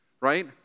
right